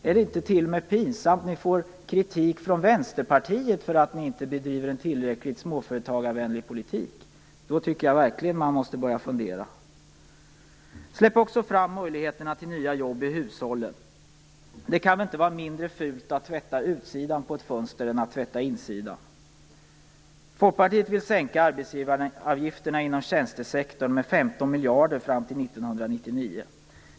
Är det inte pinsamt när ni får kritik t.o.m. från Vänsterpartiet för att ni inte bedriver en tillräckligt småföretagarvänlig politik? Då måste man verkligen börja att fundera. Släpp också fram möjligheterna till nya jobb i hushållen! Det kan väl inte vara mindre fult att tvätta utsidan på ett fönster än att tvätta insidan. Folkpartiet vill sänka arbetsgivaravgifterna inom tjänstesektorn med 15 miljarder fram till 1999.